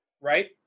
right